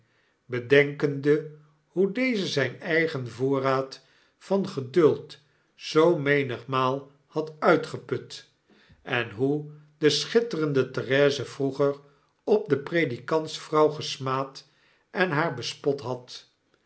bedenkende hoe deze zijn eigen voorraad van geduld zoo menigmaal had uitgeput en hoe de schitterende therese vroeger op de predikantsvrouw gesmaald en haar bespot had